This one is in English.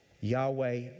Yahweh